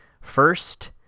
First